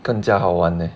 更加好玩 leh